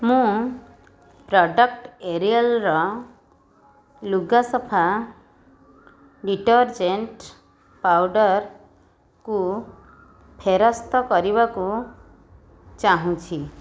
ମୁଁ ପ୍ରଡ଼କ୍ଟ୍ ଏରିଏଲ୍ର ଲୁଗାସଫା ଡିଟରଜେଣ୍ଟ୍ ପାଉଡ଼ର୍କୁ ଫେରସ୍ତ କରିବାକୁ ଚାହୁଁଛି